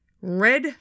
Red